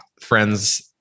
friends